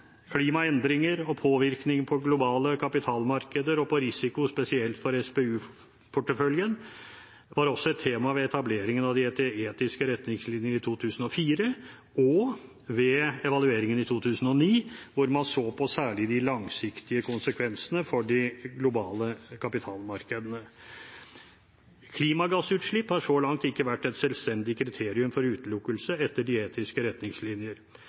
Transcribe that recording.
Klimaendringer og påvirkninger på globale kapitalmarkeder og på risiko, spesielt for SPU-porteføljen, var også et tema ved etableringen av de etiske retningslinjer i 2004 og ved evalueringen i 2009 hvor man særlig så på de langsiktige konsekvensene for de globale kapitalmarkedene. Klimagassutslipp har så langt ikke vært et selvstendig kriterium for utelukkelse etter de etiske retningslinjer,